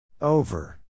Over